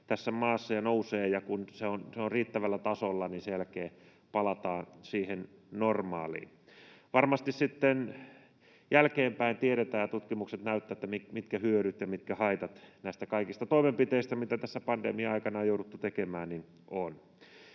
tässä maassa ja nousee, ja kun se on riittävällä tasolla, niin sen jälkeen palataan siihen normaaliin. Varmasti sitten jälkeenpäin tiedetään ja tutkimukset näyttävät, mitä hyötyjä ja mitä haittoja on näistä kaikista toimenpiteistä, mitä tässä pandemian aikana on jouduttu tekemään.